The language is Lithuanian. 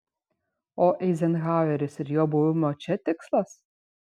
o eizenhaueris ir jo buvimo čia tikslas